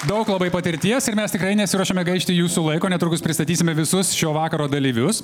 daug labai patirties ir mes tikrai nesiruošiame gaišti jūsų laiko netrukus pristatysime visus šio vakaro dalyvius